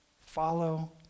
Follow